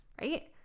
right